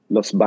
Los